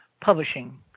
publishing